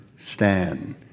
stand